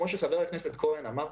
כפי שחבר הכנסת כהן אמר,